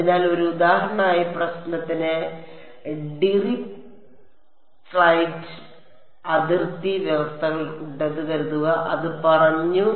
അതിനാൽ ഒരു ഉദാഹരണമായി പ്രശ്നത്തിന് ഡിറിച്ലെറ്റ് അതിർത്തി വ്യവസ്ഥകൾ ഉണ്ടെന്ന് കരുതുക അത് പറഞ്ഞു